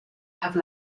have